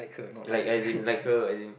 like as in like her as in